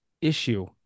issue